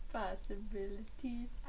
possibilities